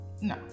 No